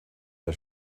der